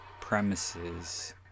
premises